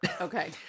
Okay